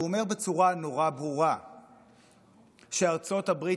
והוא אומר בצורה נורא ברורה שארצות הברית